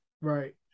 Right